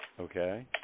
Okay